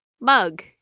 mug